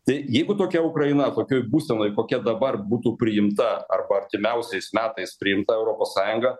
tai jeigu tokia ukraina tokioj būsenoj kokia dabar būtų priimta arba artimiausiais metais priimta į europos sąjungą